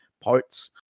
parts